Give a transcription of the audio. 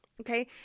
okay